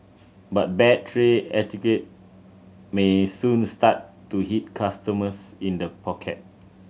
but bad tray etiquette may soon start to hit customers in the pocket